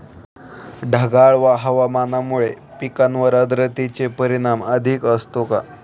ढगाळ हवामानामुळे पिकांवर आर्द्रतेचे परिणाम अधिक असतो का?